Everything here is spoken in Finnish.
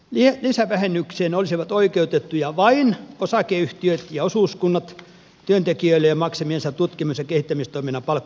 lisävähennykseen olisivat oikeutettuja vain osakeyhtiöt ja osuuskunnat työntekijöilleen maksamiensa tutkimus ja kehittämistoiminnan palkkojen perusteella